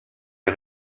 les